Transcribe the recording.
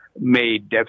made